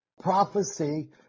Prophecy